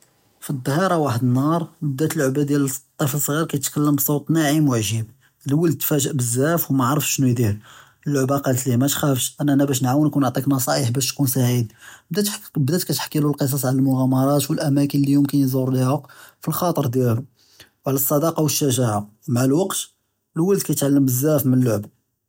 פאצצהירה ואחד אלנהאר בדה לועבה דיאל טפל צעיר קאייטכלאם בסוט נאעם ועג’יב. לאול תפהאג’ בזאף ומאערף שנו ידיר. הלועבה קאלת לו מא תחקף אני כאן באש נאוון’ק ונעתי’ק נצאע בחאש תכון סאעיד. בדה כאיתחכילו קיסאס עלא אלמגע’מראת ואלאמאקין אלי ימקין יזור להא פלחטר דיאלו ועלא אלצדאקה ואלש’ג’אעה. מעאל אלוקת אלולד קאיתעלם בזאף מלי הלועבה.